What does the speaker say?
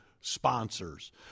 sponsors